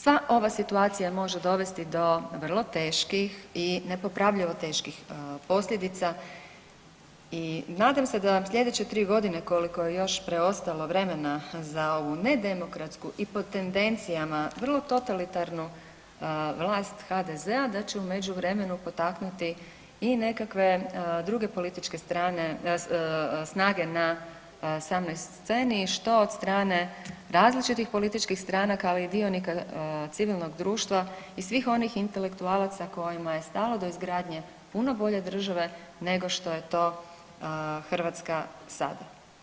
Sva ova situacija može dovesti do vrlo teških i nepopravljivo teških posljedica i nadam se da vam sljedeće tri godine koliko je još preostalo vremena za ovu nedemokratsku i po tendencijama vrlo totalitarnu vlast HDZ-a da će u međuvremenu potaknuti i nekakve druge političke snage na samoj sceni što od strane različitih političkih strana kao i dionika civilnog društva i svih onih intelektualaca kojima je stalo do izgradnje puno bolje države nego što je to Hrvatska sada.